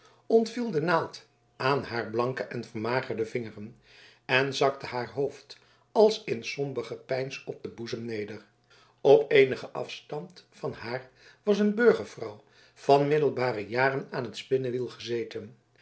de naald aan haar blanke en vermagerde vingeren en zakte haar hoofd als in somber gepeins op den boezem neder op eenigen afstand van haar was een burgervrouw van middelbare jaren aan t spinnewiel gezeten